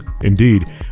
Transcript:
Indeed